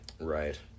Right